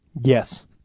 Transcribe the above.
Yes